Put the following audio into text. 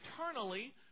eternally